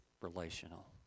relational